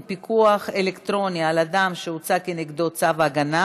עסק חברתי),